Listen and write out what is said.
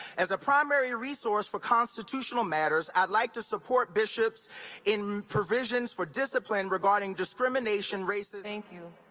as a primary resource for constitutional matters i'd like to support bishops in provisions for discipline regarding discrimination, racism thank you.